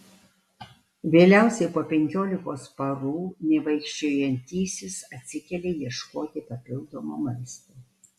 vėliausiai po penkiolikos parų nevaikščiojantysis atsikelia ieškoti papildomo maisto